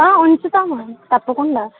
ఉంచుతాను తప్పకుండా